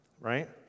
right